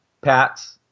Pats